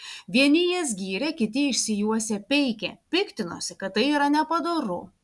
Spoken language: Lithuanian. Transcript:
vieni jas gyrė kiti išsijuosę peikė piktinosi kad tai yra nepadoru